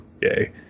Yay